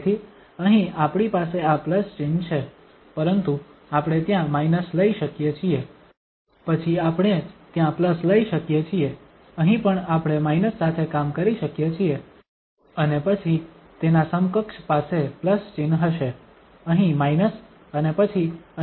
તેથી અહીં આપણી પાસે આ પ્લસ ચિહ્ન છે પરંતુ આપણે ત્યાં માઇનસ લઈ શકીએ છીએ પછી આપણે ત્યાં પ્લસ લઈ શકીએ છીએ અહીં પણ આપણે માઇનસ સાથે કામ કરી શકીએ છીએ અને પછી તેના સમકક્ષ પાસે પ્લસ ચિહ્ન હશે અહીં માઇનસ અને પછી અહીં આપણી પાસે પ્લસ ચિહ્ન છે